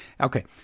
Okay